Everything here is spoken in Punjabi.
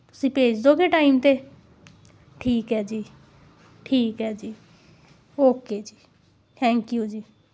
ਤੁਸੀਂ ਭੇਜ ਦੇਵੋਗੇ ਟਾਈਮ 'ਤੇ ਠੀਕ ਹੈ ਜੀ ਠੀਕ ਹੈ ਜੀ ਓਕੇ ਜੀ ਥੈਂਕ ਯੂ ਜੀ